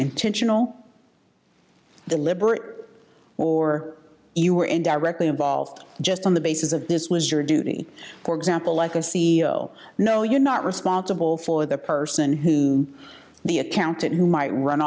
intentional deliberate or you were in directly involved just on the basis of this was your duty for example like a c e o no you're not responsible for the person who the accountant who might run